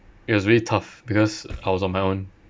it was really tough because I was on my own